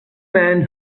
men